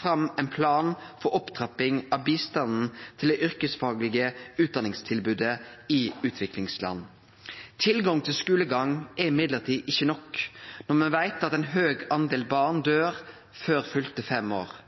fram ein plan for opptrapping av bistanden til det yrkesfaglege utdanningstilbodet i utviklingsland. Men tilgang til skulegang er ikkje nok når me veit at ein stor prosentdel av barna døyr før fylte 5 år.